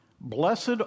Blessed